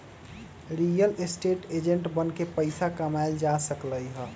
real estate agent बनके पइसा कमाएल जा सकलई ह